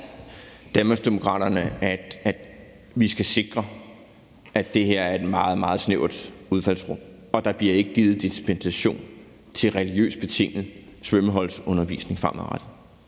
Danmarksdemokraterne i, at vi skal sikre, at det her er et meget, meget snævert udfaldsrum, og at der ikke bliver givet dispensation til religiøst betinget svømmeholdsundervisning fremadrettet.